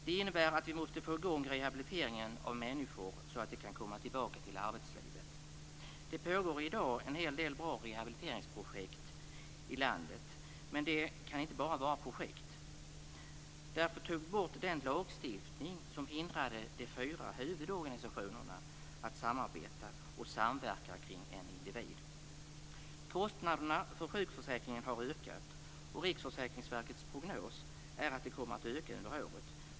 Detta innebär att vi måste få i gång rehabiliteringen av människor, så att de kan komma tillbaka till arbetslivet. Det pågår i dag en hel del bra rehabiliteringsprojekt i landet, men det räcker inte med bara projekt. Därför tog vi bort den lagstiftning som hindrade de fyra huvudorganisationerna från att samarbeta och samverka kring en individ. Kostnaderna för sjukförsäkringen har ökat, och Riksförsäkringsverkets prognos är att de kommer att öka ytterligare under året.